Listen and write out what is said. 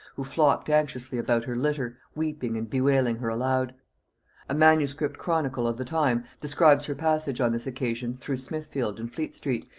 who flocked anxiously about her litter, weeping and bewailing her aloud a manuscript chronicle of the time describes her passage on this occasion through smithfield and fleet-street,